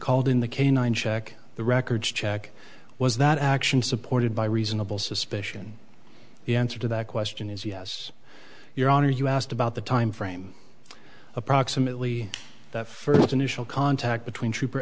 called in the canine check the records check was that action supported by reasonable suspicion the answer to that question is yes your honor you asked about the timeframe approximately the first initial contact between